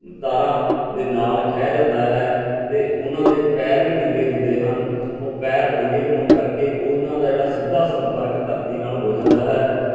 ਤਾਰਾਂ ਦੇ ਨਾਲ ਖਹਿ ਜਾਂਦਾ ਹੈ ਅਤੇ ਉਹਨਾਂ ਦੇ ਪੈਰ ਵੀ ਨੰਗੇ ਹੁੰਦੇ ਹਨ ਉਹ ਪੈਰ ਨੰਗੇ ਹੋਣ ਕਰਕੇ ਉਹਨਾਂ ਦਾ ਜਿਹੜਾ ਸਿੱਧਾ ਸੰਪਰਕ ਧਰਤੀ ਨਾਲ ਹੋ ਜਾਂਦਾ ਹੈ